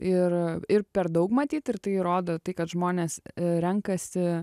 ir ir per daug matyt ir tai rodo tai kad žmonės renkasi